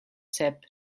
sap